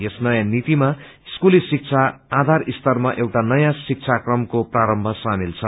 यस नयौँ नीतिमा स्कूली शिक्षा आधार स्तरमा एउटा नयौँ शिक्षा क्रमको प्रारम्भ सामेल छ